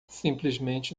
simplesmente